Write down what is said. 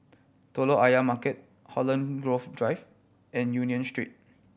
Telok Ayer Market Holland Grove Drive and Union Street